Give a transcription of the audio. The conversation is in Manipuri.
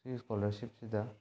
ꯁꯤ ꯁ꯭ꯀꯣꯂꯔꯁꯤꯞꯁꯤꯗ